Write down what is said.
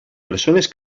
persones